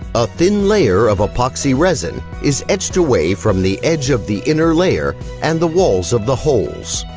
a thin layer of epoxy resin is etched away from the edge of the inner layer and the walls of the holes,